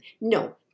No